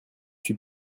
suis